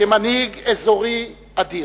כמנהיג אזורי אדיר,